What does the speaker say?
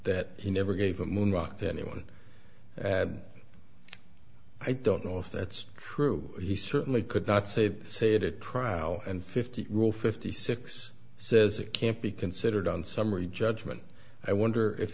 that he never gave a moon rock to anyone and i don't know if that's true he certainly could not save say it at trial and fifty rule fifty six says it can't be considered on summary judgment i wonder if